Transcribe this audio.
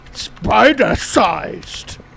Spider-sized